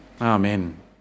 Amen